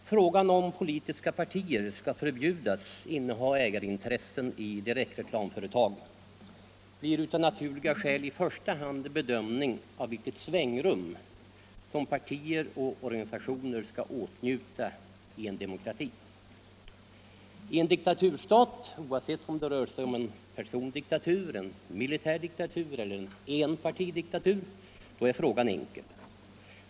Herr talman! Frågan om politiska partier skall förbjudas inneha ägarintressen i direktreklamföretag blir av naturliga skäl i första hand en bedömning av vilket svängrum som partier och organisationer skall åtnjuta i en demokrati. I en diktaturstat — oavsett om det rör sig om en persondiktatur, en militärdiktatur eller en enpartidiktatur — är frågan enkel.